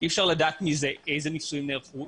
אי אפשר לדעת איזה ניסויים נערכו,